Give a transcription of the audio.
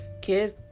kids